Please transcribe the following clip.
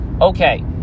okay